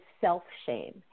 self-shame